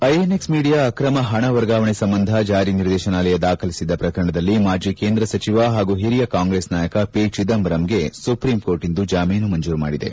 INX media ಅಕ್ರಮ ಹಣ ವರ್ಗಾವಣೆ ಸಂಬಂಧ ಜಾರಿ ನಿರ್ದೇಶನಾಲಯ ದಾಖಲಿಸಿದ್ದ ಪ್ರಕರಣದಲ್ಲಿ ಮಾಜಿ ಕೇಂದ್ರ ಸಚಿವ ಹಾಗೂ ಹಿರಿಯ ಕಾಂಗ್ರೆಸ್ ನಾಯಕ ಪಿ ಚಿದಂಬರಂಗೆ ಸುಪ್ರೀಂಕೋರ್ಟ್ ಇಂದು ಜಾಮೀನು ಮಂಜೂರು ಮಾಡಿದೆ